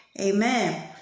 Amen